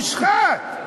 הושחת,